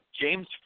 James